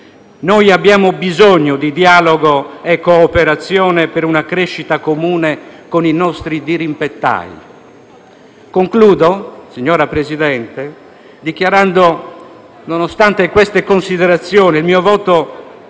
Abbiamo bisogno di dialogo e di cooperazione, per una crescita comune, con i nostri dirimpettai. Concludo, signor Presidente, dichiarando che, nonostante queste considerazioni, il mio voto